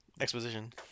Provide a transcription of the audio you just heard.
exposition